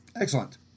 Excellent